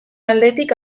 aldetik